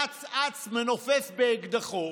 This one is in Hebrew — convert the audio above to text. רץ אץ מנופף באקדחו